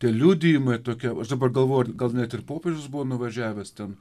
tie liudijimai tokie aš dabar galvoju gal net ir popiežius buvo nuvažiavęs ten